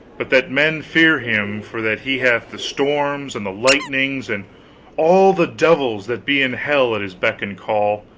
but that men fear him for that he hath the storms and the lightnings and all the devils that be in hell at his beck and call,